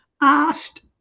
asked